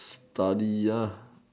study ya